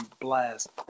blast